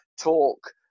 talk